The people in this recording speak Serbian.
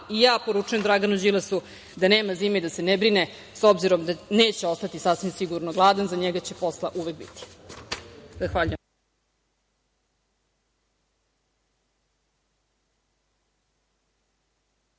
ima. Poručujem Draganu Đilasu da nema zime i da se ne brine, s obzirom da neće ostati sasvim sigurno gladan, za njega će posla uvek biti.